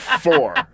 four